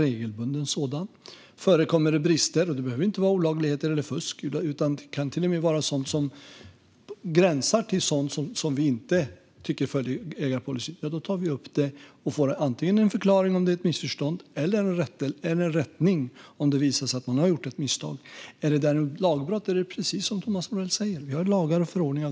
Om det förekommer brister, och det behöver inte vara olagligheter eller fusk utan kan vara något som gränsar till sådant som vi inte tycker följer ägarpolicyn, tar vi upp det och får det antingen förklarat om det är ett missförstånd eller rättat om ett misstag gjorts. Handlar det däremot om ett lagbrott gäller, precis som Thomas Morell säger, lagar och förordningar.